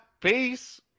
peace